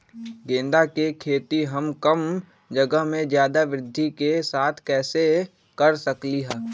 गेंदा के खेती हम कम जगह में ज्यादा वृद्धि के साथ कैसे कर सकली ह?